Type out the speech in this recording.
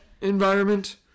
environment